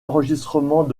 enregistrement